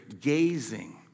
gazing